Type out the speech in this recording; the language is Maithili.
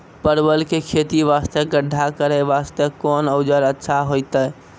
परवल के खेती वास्ते गड्ढा करे वास्ते कोंन औजार अच्छा होइतै?